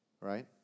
Right